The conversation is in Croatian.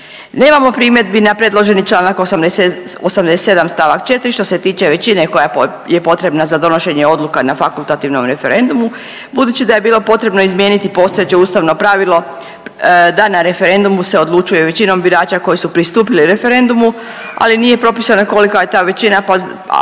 Nemamo primjedbi na predloženi članak 87. stavak 4. što se tiče većine koja je potrebna za donošenje odluka na fakultativnom referendumu budući da je bilo potrebno izmijeniti postojeće ustavno pravilo da na referendumu se odlučuje većinom birača koji su pristupili referendumu, ali nije propisano kolika je ta većina a